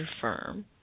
firm